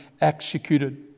executed